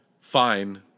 fine